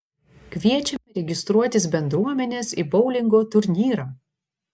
kviečiame registruotis bendruomenes į boulingo turnyrą